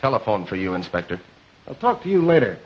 telephone for you inspector i'll talk to you later